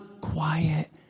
quiet